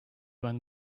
when